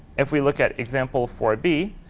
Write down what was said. if we look at example four b,